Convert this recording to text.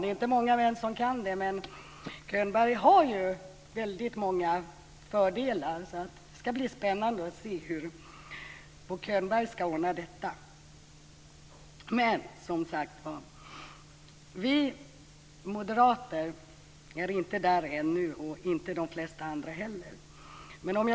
Det är inte många män som kan det, men Könberg har väldigt många fördelar, så det ska bli spännande att se hur Bo Könberg ska ordna detta. Vi moderater är inte där ännu och inte de flesta andra heller.